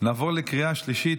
נעבור לקריאה השלישית.